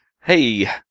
Hey